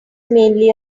mainly